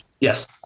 Yes